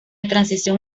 transición